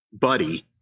buddy